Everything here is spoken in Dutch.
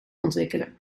ontwikkelen